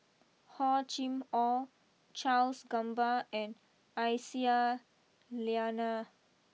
Hor Chim or Charles Gamba and Aisyah Lyana